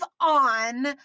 on